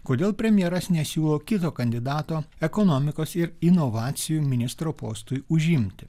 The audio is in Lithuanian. kodėl premjeras nesiūlo kito kandidato ekonomikos ir inovacijų ministro postui užimti